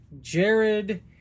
Jared